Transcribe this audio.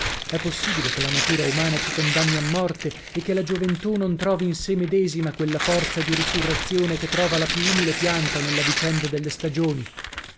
è possibile che la natura umana ci condanni a morte e che la gioventù non trovi in sè medesima quella forza di risurrezione che trova la più umile pianta nella vicenda delle stagioni